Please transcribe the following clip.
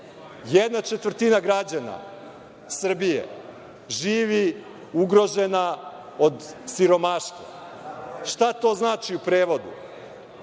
Jedna četvrtina građana Srbije živi ugrožena od siromaštva. Šta to znači u prevodu?